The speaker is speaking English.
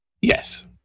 Yes